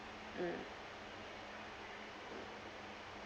mm